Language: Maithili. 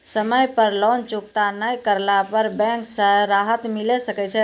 समय पर लोन चुकता नैय करला पर बैंक से राहत मिले सकय छै?